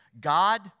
God